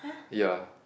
ya